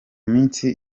minsi